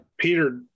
Peter